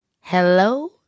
Hello